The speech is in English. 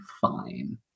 fine